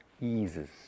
eases